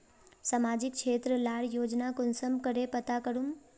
सामाजिक क्षेत्र लार योजना कुंसम करे पता करूम?